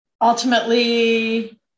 Ultimately